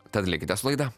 tad likite su laida